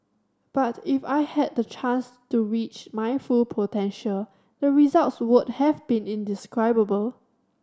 but if I had the chance to reach my full potential the results would have been indescribable